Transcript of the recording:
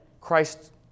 Christ